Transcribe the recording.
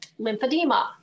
lymphedema